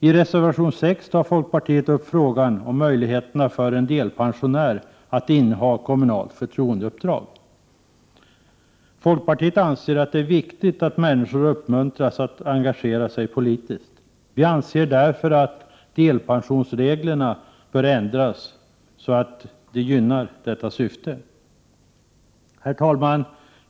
I reservation 6 tar folkpartiet upp frågan om möjligheterna för delpensionär att inneha kommunalt förtroendeuppdrag. Folkpartiet anser det viktigt att människor uppmuntras att engagera sig politiskt och säger därför att delpensionsreglerna bör ändras så att detta syfte gynnas. Herr talman!